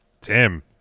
Tim